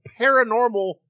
paranormal